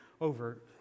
over